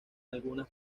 algunas